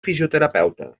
fisioterapeuta